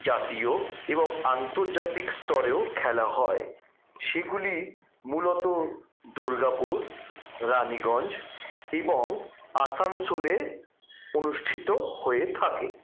জাতীয় এবংআন্তর্জাতিক স্তরেও খেলা হয় সেগুলি মূলত দুর্গাপুর রানিগঞ্জ এবং আসানসোলে অনুষ্ঠিত হয়ে থাকে